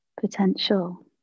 potential